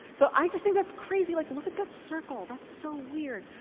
so i think that's crazy. like look at that circle. that's so weird.